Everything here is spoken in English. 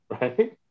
right